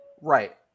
Right